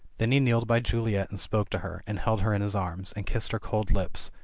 then he kneeled by juliet and spoke to her, and held her in his arms, and kissed her cold lips,